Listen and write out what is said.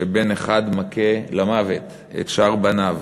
שבן אחד שלו מכה למוות את שאר בניו,